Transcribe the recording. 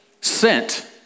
sent